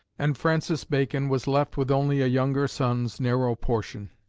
and francis bacon was left with only a younger son's narrow portion.